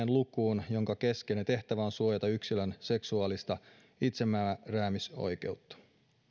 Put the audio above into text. lukuun jonka keskeinen tehtävä on suojata yksilön seksuaalista itsemääräämisoikeutta